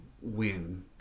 win